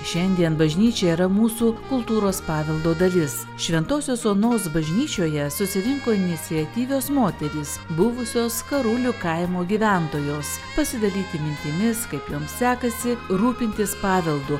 šiandien bažnyčia yra mūsų kultūros paveldo dalis šventosios onos bažnyčioje susirinko iniciatyvios moterys buvusios skarulių kaimo gyventojos pasidalyti mintimis kaip joms sekasi rūpintis paveldu